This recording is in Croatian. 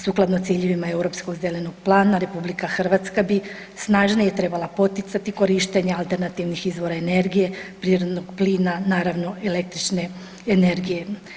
Sukladno ciljevima Europskog zelenog plana RH bi snažnije trebala poticati korištenja alternativnih izvora energije, prirodnog plina naravno električne energije.